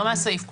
לא מהסעיף כולו.